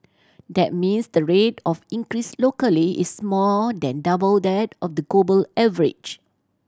that means the rate of increase locally is more than double that of the global average